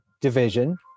division